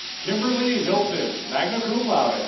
kimberly hilton, magna cum laude. ah